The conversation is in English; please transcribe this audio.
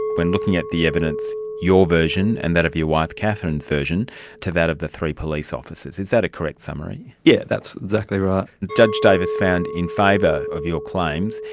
when looking at the evidence, your version and that of your wife catherine's version to that of the three police officers. is that a correct summary? yes, that's exactly right. judge davis found in favour of your claims.